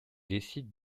décide